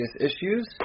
issues